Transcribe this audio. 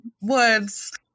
woods